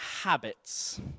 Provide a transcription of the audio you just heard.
habits